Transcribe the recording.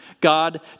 God